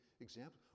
examples